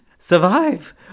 survive